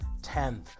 10th